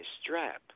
strap